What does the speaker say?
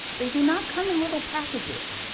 they do not come in little packages.